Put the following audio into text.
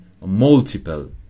multiple